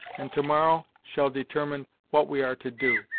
and to-morrow shall determine what we are to do.